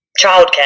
childcare